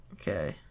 okay